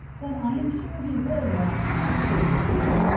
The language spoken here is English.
but i am sure he would, little man, said the outlaw.